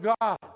God